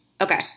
Okay